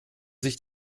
sich